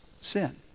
sin